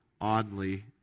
oddly